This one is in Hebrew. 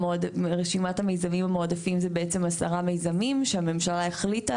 ורשימת המיזמים המועדפים זה בעצם 10 מיזמים שהממשלה החליטה